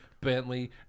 Bentley